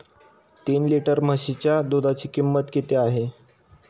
तीन लिटर म्हशीच्या दुधाची किंमत किती आहे?